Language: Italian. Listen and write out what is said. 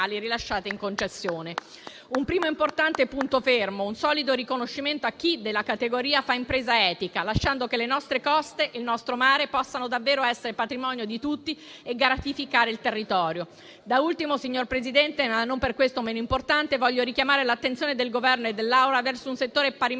rilasciate in concessione: un primo importante punto fermo, un solido riconoscimento a chi della categoria fa impresa etica, lasciando che le nostre coste e il nostro mare possano davvero essere patrimonio di tutti e gratificare il territorio. Da ultimo, signor Presidente, ma non per questo meno importante, voglio richiamare l'attenzione del Governo e dell'Assemblea verso un settore parimenti